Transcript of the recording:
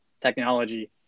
technology